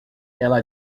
ela